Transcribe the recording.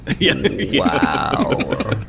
Wow